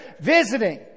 visiting